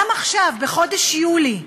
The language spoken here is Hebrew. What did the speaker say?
גם עכשיו, בחודש יולי,